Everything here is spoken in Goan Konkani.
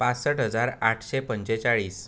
पासठ हजार आठशे पंचेचाळीस